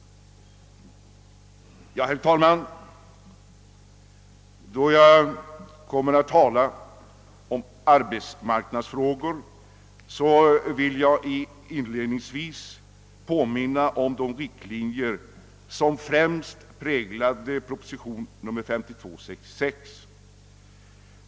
Herr talman! Beträffande arbetsmarknadsfrågor vill jag inledningsvis påminna om de riktlinjer som främst präglade proposition nr 1966:52.